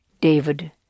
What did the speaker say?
David